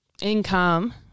income